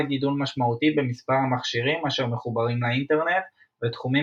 גידול משמעותי במספר המכשירים אשר מחוברים לאינטרנט ותחומים